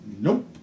Nope